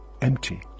empty